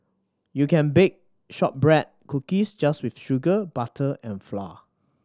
you can bake shortbread cookies just with sugar butter and flour